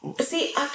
See